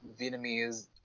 Vietnamese